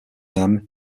âme